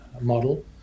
model